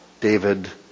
David